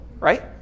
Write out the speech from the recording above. right